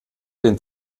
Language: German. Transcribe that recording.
den